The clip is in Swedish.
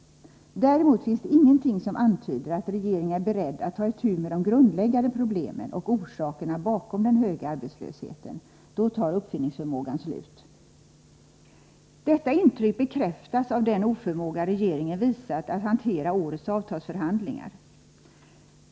Däremot finns det ingenting som antyder att regeringen är beredd att ta itu med de grundläggande problemen och orsakerna bakom den höga arbetslösheten. Då tar uppfinningsförmågan slut. Detta intryck bekräftas av den oförmåga regeringen visat att hantera årets avtalsförhandlingar.